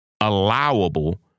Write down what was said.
allowable